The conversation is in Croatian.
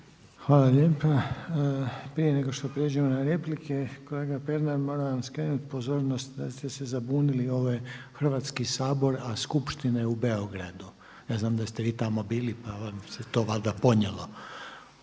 Hvala lijepa. Prije nego što prijeđemo na replike, kolega Pernar moram vam skrenuti pozornost da ste se zabunili. Ovo je Hrvatski sabor, a skupština je u Beogradu. Ja znam da ste vi tamo bili pa vam se to valjda ponijelo.